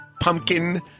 pumpkin